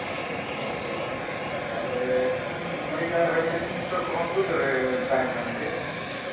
ᱟᱪᱪᱷᱟ ᱟᱪᱪᱷᱟ ᱛᱟᱨᱯᱚᱨᱮ ᱢᱮ ᱰᱤᱠᱮᱞ ᱦᱳᱭ ᱢᱮᱰᱤᱠᱮᱞ ᱥᱴᱳᱨ ᱠᱚ ᱥᱩᱨ ᱨᱮ ᱛᱟᱦᱮᱱ ᱠᱟᱱᱟ ᱥᱮ